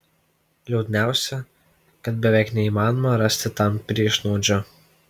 liūdniausia kad beveik neįmanoma rasti tam priešnuodžio